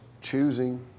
choosing